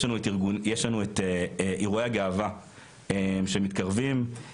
יש לנו את אירועי הגאווה שמתקרבים,